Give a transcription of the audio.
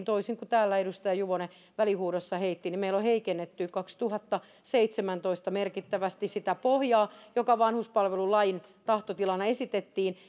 toisin kuin täällä edustaja juvonen välihuudossaan heitti niin meillä on heikennetty kaksituhattaseitsemäntoista merkittävästi sitä pohjaa joka vanhuspalvelulain tahtotilana esitettiin